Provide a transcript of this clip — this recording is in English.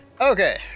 Okay